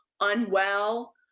unwell